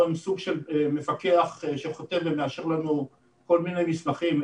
הם סוג של מפקח שחותם ומאשר לנו כל מיני מסמכים,